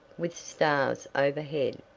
with stars overhead,